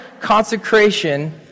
consecration